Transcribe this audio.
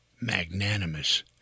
magnanimous